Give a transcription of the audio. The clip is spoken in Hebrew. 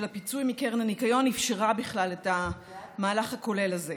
הפיצוי מקרן הניקיון אפשרה בכלל את המהלך הכולל הזה.